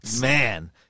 Man